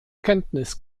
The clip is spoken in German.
kenntnis